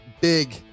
big